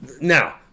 Now